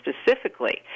specifically